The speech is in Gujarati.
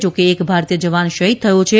જા કે એક ભારતીય જવાન શહીદ થયો છે